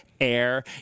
air